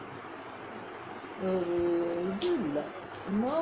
ஒரு இது இல்லே:oru ithu illae